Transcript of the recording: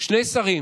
שני שרים,